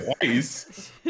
Twice